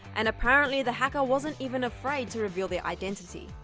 and apparently, the hacker wasn't even afraid to reveal their identity.